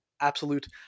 absolute